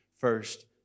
first